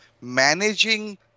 managing